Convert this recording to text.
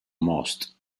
most